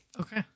Okay